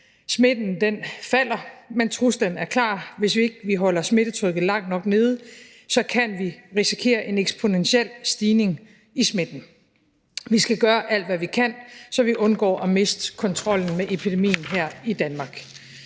Smitten falder, men truslen er klar. Hvis ikke vi holder smittetrykket langt nok nede, kan vi risikere en eksponentiel stigning i smitten. Vi skal gøre alt, hvad vi kan, så vi undgår at miste kontrollen med epidemien her i Danmark.